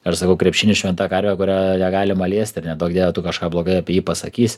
ir aš sakau krepšinis šventa karvė kurią negalima liesti ir neduok dieve tu kažką blogai apie jį pasakysi